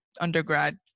undergrad